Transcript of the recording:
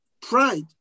pride